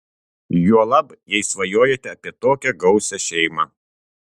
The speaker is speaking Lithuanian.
juolab jei svajojate apie tokią gausią šeimą